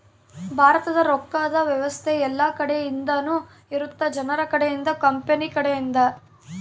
ಭಾರತದ ರೊಕ್ಕದ್ ವ್ಯವಸ್ತೆ ಯೆಲ್ಲ ಕಡೆ ಇಂದನು ಇರುತ್ತ ಜನರ ಕಡೆ ಇಂದ ಕಂಪನಿ ಕಡೆ ಇಂದ